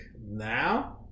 Now